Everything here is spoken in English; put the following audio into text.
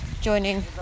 joining